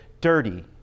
dirty